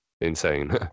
insane